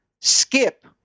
skip